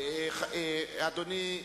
אדוני,